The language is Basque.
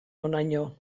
honaino